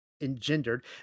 Engendered